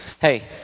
Hey